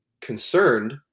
concerned